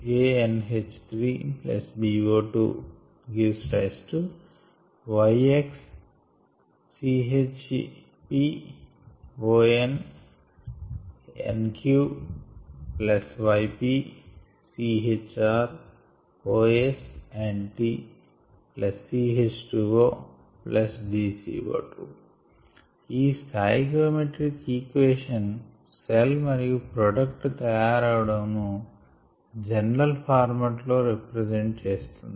CHmOl aNH3 bO2 yx CHpOnNq yp CHrOsNt cH2O dCO2 ఈ stoichiometric equation cell మరియు product తయారవడం ను general format లో రిప్రెసెంట్ చేస్తుంది